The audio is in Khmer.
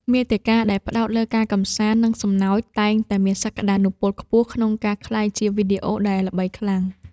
មាតិកាដែលផ្ដោតលើការកម្សាន្ត និងសំណើច តែងតែមានសក្តានុពលខ្ពស់ក្នុងការក្លាយជាវីដេអូដែលល្បីខ្លាំង។